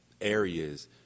areas